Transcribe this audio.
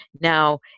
Now